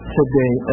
today